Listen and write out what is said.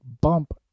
bump